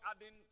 adding